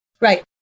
Right